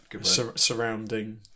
surrounding